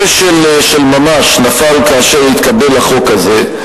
כשל של ממש נפל כאשר התקבל החוק הזה,